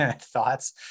thoughts